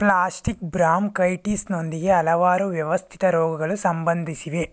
plastic ಬ್ರಾಮ್ ಕೈಟಿಸ್ನೊಂದಿಗೆ ಹಲವಾರು ವ್ಯವಸ್ಥಿತ ರೋಗಗಳು ಸಂಬಂಧಿಸಿವೆ